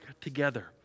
together